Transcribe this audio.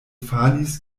falis